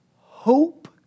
hope